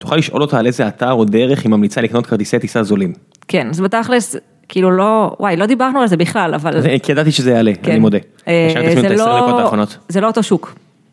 תוכל לשאול אותה על איזה אתר או דרך היא ממליצה לקנות כרטיסי טיסה זולים. כן, אז בוודאי בתכלס, כאילו לא, וואי לא דיברנו על זה בכלל, אבל. כי ידעתי שזה יעלה, אני מודה. זה לא.. השארתי את זה ל-20 הדקות האחרונות. ...זה לא אותו שוק.